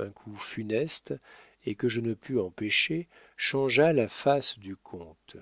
un coup funeste et que je ne pus empêcher changea la face du comte